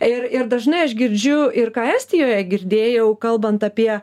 ir ir dažnai aš girdžiu ir ką estijoje girdėjau kalbant apie